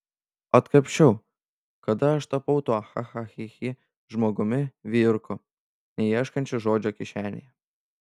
atkapsčiau kada aš tapau tuo cha cha chi chi žmogumi vijurku neieškančiu žodžio kišenėje